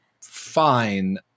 fine